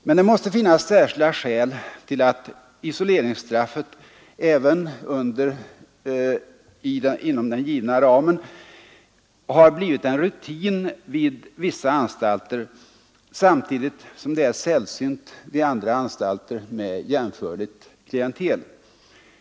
Men det måste finnas särskilda skäl till att isoleringsstraffet även inom den givna ramen blivit en rutin vid vissa anstalter samtidigt som det är sällsynt vid andra anstalter med jämförligt klientel.